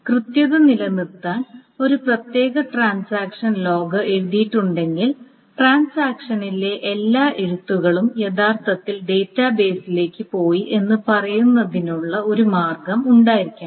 എന്നാൽ കൃത്യത നിലനിർത്താൻ ഒരു പ്രത്യേക ട്രാൻസാക്ഷൻ ലോഗ് എഴുതിയിട്ടുണ്ടെങ്കിൽ ട്രാൻസാക്ഷനിലെ എല്ലാ എഴുത്തുകളും യഥാർത്ഥത്തിൽ ഡാറ്റാബേസിലേക്ക് പോയി എന്ന് പറയുന്നതിനുള്ള ഒരു മാർഗ്ഗം ഉണ്ടായിരിക്കണം